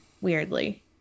weirdly